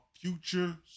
future